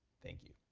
thank you